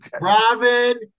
Robin